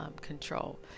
control